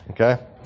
Okay